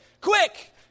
quick